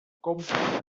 compra